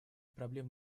проблем